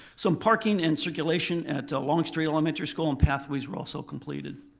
some parking and circulation at longstreet elementary school and pathways were also completed.